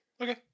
Okay